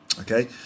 Okay